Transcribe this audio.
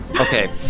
Okay